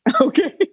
Okay